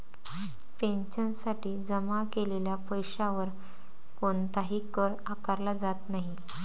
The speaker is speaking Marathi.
पेन्शनसाठी जमा केलेल्या पैशावर कोणताही कर आकारला जात नाही